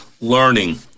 learning